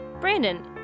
Brandon